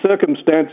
circumstances